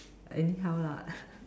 anyhow lah